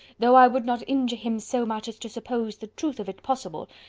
though i would not injure him so much as to suppose the truth of it possible,